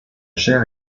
chair